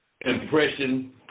impression